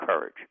courage